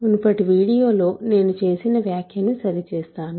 మునుపటి వీడియోలో నేను చేసిన వ్యాఖ్యను సరిచేస్తాను